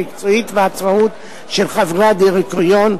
המקצועיות והעצמאות של חברי הדירקטוריון,